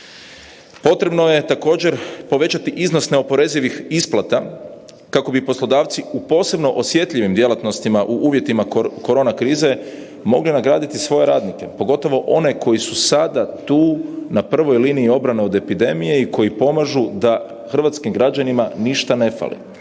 Potrebno je također povećati iznos neoporezivih isplata kako bi poslodavci u posebno osjetljivim djelatnostima u uvjetima korona krize mogli nagraditi svoje radnike, pogotovo oni koji su sada tu na prvoj liniji obrane od epidemije i koji pomažu da hrvatskim građanima ništa ne fali,